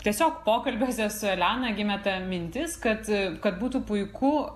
tiesiog pokalbiuose su elena gimė ta mintis kad kad būtų puiku